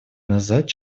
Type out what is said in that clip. назад